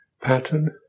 pattern